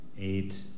Eight